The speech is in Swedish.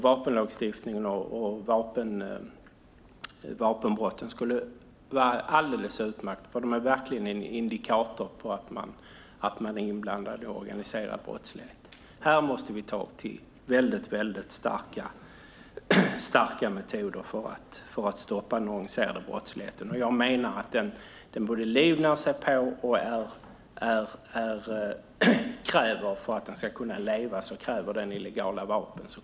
Vapenbrotten skulle vara alldeles utmärkta där, för de är verkligen en indikator på att någon är inblandad i organiserad brottslighet. Här måste vi ta till väldigt starka metoder för att stoppa den organiserade brottsligheten. Jag menar att den både livnär sig på och kräver illegala vapen för att kunna leva.